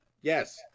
yes